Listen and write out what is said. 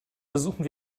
besuchen